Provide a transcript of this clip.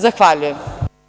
Zahvaljujem.